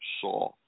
saw